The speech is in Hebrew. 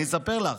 אני אספר לך.